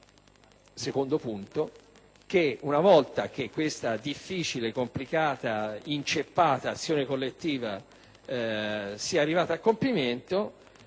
per cui - una volta che questa difficile, complicata, inceppata azione collettiva sia arrivata a compimento